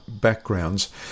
backgrounds